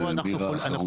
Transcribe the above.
מירה חרוצה.